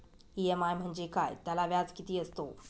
EMI म्हणजे काय? त्याला व्याज किती असतो?